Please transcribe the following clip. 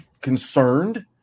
concerned